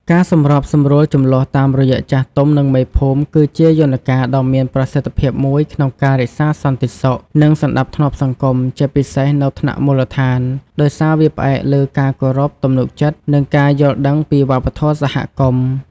ការសម្របសម្រួលជម្លោះតាមរយៈចាស់ទុំ និងមេភូមិ គឺជាយន្តការដ៏មានប្រសិទ្ធភាពមួយក្នុងការរក្សាសន្តិសុខ និងសណ្តាប់ធ្នាប់សង្គម ជាពិសេសនៅថ្នាក់មូលដ្ឋាន ដោយសារវាផ្អែកលើការគោរព ទំនុកចិត្ត និងការយល់ដឹងពីវប្បធម៌សហគមន៍។